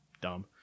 dumb